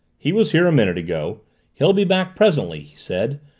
he was here a minute ago he'll be back presently, he said,